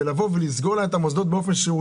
אני נמצא וטיילתי במוסדות.